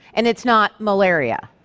and it's not malaria.